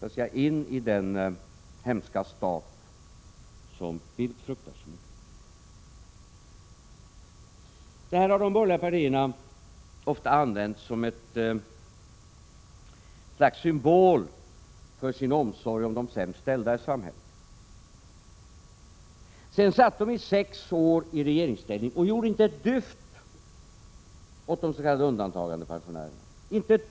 Det här förhållandet har de borgerliga partierna ofta använt som ett slags symbol för sin omsorg om de sämst ställda i samhället. Sedan satt de i sex år i regeringsställning och gjorde inte ett dyft åt de s.k. undantagandepensionärerna.